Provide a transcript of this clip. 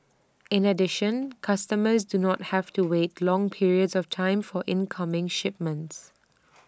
in addition customers do not have to wait long periods of time for incoming shipments